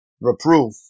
Reproof